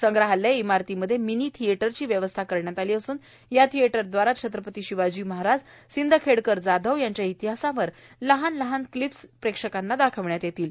संग्रहालय इमारतीमध्ये मिनीथीएटरची व्यवस्था केली असून या थिएटरव्दारा छत्रपती शिवाजी महाराज सिंदखेडकर जाधव यांच्या इतिहासावर लहान लहान क्लीप्स प्रेक्षकांना दाखवण्यात येईल